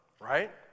right